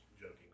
joking